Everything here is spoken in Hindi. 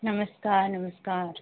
नमस्कार नमस्कार